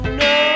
no